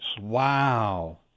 Wow